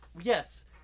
Yes